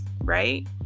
right